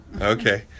Okay